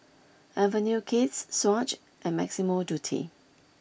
Avenue Kids Swatch and Massimo Dutti